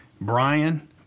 Brian